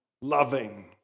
loving